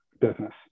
business